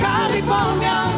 California